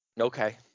Okay